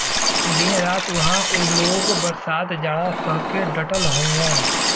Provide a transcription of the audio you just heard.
दिन रात उहां उ लोग बरसात जाड़ा सह के डटल हउवन